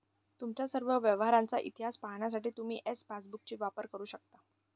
तुमच्या सर्व व्यवहारांचा इतिहास पाहण्यासाठी तुम्ही एम पासबुकचाही वापर करू शकता